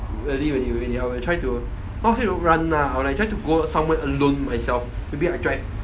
really really really I will try to not say run lah or I'll try to go somewhere alone myself maybe I drive